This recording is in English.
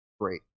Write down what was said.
Great